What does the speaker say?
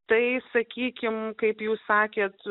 tai sakykime kaip jūs sakėte